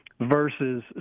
versus